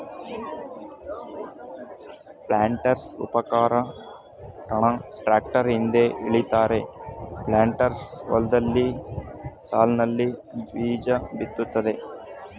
ಪ್ಲಾಂಟರ್ಸ್ಉಪಕರಣನ tractor ಹಿಂದೆ ಎಳಿತಾರೆ planters ಹೊಲ್ದಲ್ಲಿ ಸಾಲ್ನಲ್ಲಿ ಬೀಜಬಿತ್ತುತ್ತೆ